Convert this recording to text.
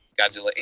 Godzilla